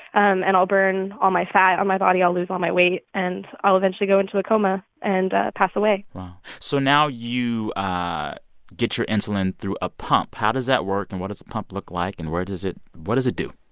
um and i'll burn all my fat on my body. i'll lose all my weight. and i'll eventually go into a coma and pass away wow. so now you ah get your insulin through a pump. how does that work, and what does a pump look like? and where does it what does it do?